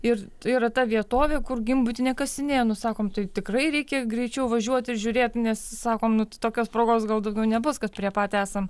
ir tai yra ta vietovė kur gimbutienė kasinėja nu sakom tai tikrai reikia greičiau važiuot ir žiūrėt nes sakom nu tai tokios progos gal daugiau nebus kad prie pat esam